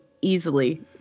easily